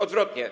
Odwrotnie.